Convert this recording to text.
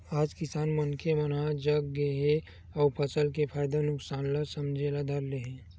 आज किसान मनखे मन ह जाग गे हे अउ फसल के फायदा नुकसान ल समझे ल धर ले हे